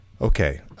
okay